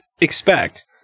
expect